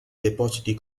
depositi